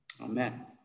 Amen